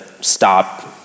stop